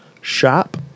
shop